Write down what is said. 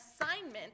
assignment